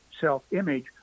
self-image